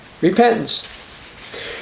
repentance